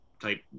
type